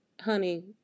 honey